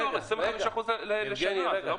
25% לשנה.